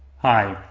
hi.